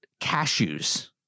cashews